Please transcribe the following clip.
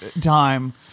time